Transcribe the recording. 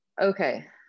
Okay